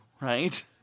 right